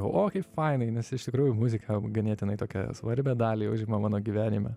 o kaip fainai nes iš tikrųjų muzika ganėtinai tokią svarbią dalį užima mano gyvenime